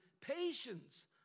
patience